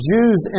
Jews